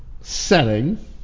setting